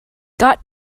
got